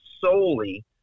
solely –